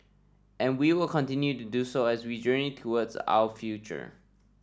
and we will continue to do so as we journey towards our future